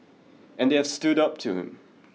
and they have stood up to him